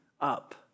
up